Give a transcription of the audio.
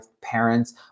parents